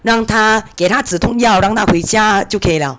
让她给她止痛药让她回家就可以了